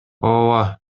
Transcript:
ооба